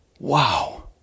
Wow